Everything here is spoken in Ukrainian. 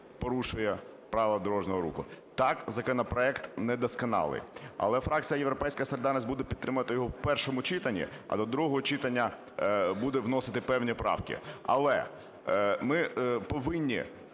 порушує правила дорожнього руху? Так, законопроект не досконалий, але фракція "Європейська солідарність" буде підтримувати його в першому читанні, а до другого читання буде вносити певні правки. Але ми повинні